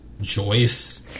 Joyce